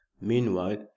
meanwhile